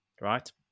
Right